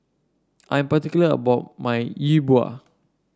I'm particular about my Yi Bua